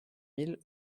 mille